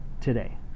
today